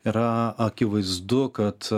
yra akivaizdu kad